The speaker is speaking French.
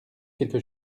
quelque